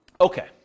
Okay